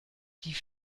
die